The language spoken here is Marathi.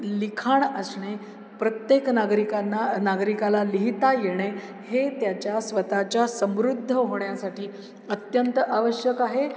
लिखाण असणे प्रत्येक नागरिकांना नागरिकाला लिहिता येणे हे त्याच्या स्वतःच्या समृद्ध होण्यासाठी अत्यंत आवश्यक आहे